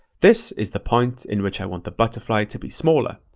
this is the point in which i want the but satellite to be smaller.